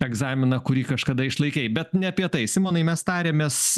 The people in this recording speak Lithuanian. egzaminą kurį kažkada išlaikei bet ne apie tai simonai mes tarėmės